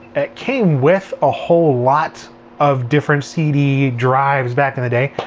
it came with a whole lot of different cd drives back in the day.